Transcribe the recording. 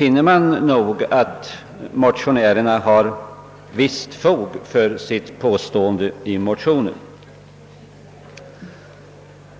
finner man också att motionärerna har visst fog för sitt påstående att statsbidragsandelen kan sänkas.